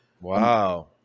Wow